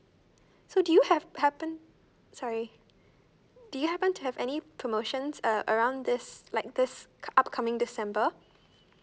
so do you have happen sorry do you happen to have any promotions uh around this like this upcoming december